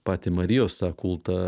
patį marijos tą kultą